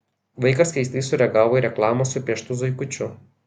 vaikas keistai sureagavo į reklamą su pieštu zuikučiu